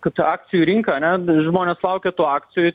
kaip čia akcijų rinka ane žmonės laukia tų akcijų